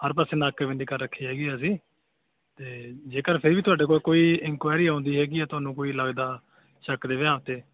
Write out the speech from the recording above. ਹਰ ਪਾਸੇ ਨਾਕੇ ਬੰਦੀ ਕਰ ਰੱਖੀ ਹੈਗੀ ਆ ਅਸੀਂ ਅਤੇ ਜੇਕਰ ਫਿਰ ਵੀ ਤੁਹਾਡੇ ਕੋਲ ਕੋਈ ਇਨਕੁਇਰੀ ਆਉਂਦੀ ਹੈਗੀ ਆ ਤੁਹਾਨੂੰ ਕੋਈ ਲੱਗਦਾ ਸ਼ੱਕ ਦੇ ਆਧਾਰ 'ਤੇ